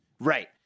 Right